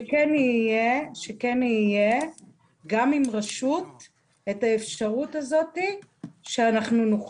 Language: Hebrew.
שכן תהיה גם עם רשות האפשרות הזאת שנוכל